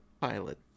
pilot